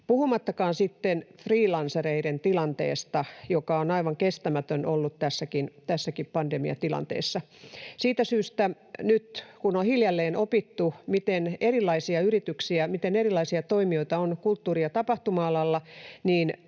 puhumattakaan sitten freelancereiden tilanteesta, joka on aivan kestämätön ollut tässäkin pandemiatilanteessa. Siitä syystä nyt, kun on hiljalleen opittu, miten erilaisia yrityksiä, miten erilaisia toimijoita on kulttuuri- ja tapahtuma-alalla,